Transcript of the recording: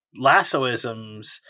lassoisms